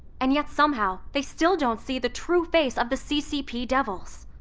and yet somehow they still don't see the true face of the ccp devils.